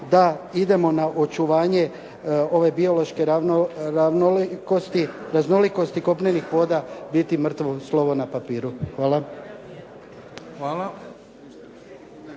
da idemo na očuvanje ove biološke raznolikosti kopnenih voda biti mrtvo slovo na papiru. Hvala.